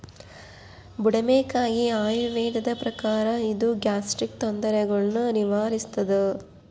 ಬುಡುಮೆಕಾಯಿ ಆಯುರ್ವೇದದ ಪ್ರಕಾರ ಇದು ಗ್ಯಾಸ್ಟ್ರಿಕ್ ತೊಂದರೆಗುಳ್ನ ನಿವಾರಿಸ್ಥಾದ